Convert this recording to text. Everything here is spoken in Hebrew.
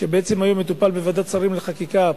שבעצם היום מטופל בוועדת השרים לחקיקה,